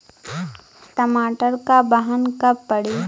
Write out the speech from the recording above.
टमाटर क बहन कब पड़ी?